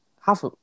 half